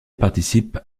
participe